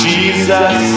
Jesus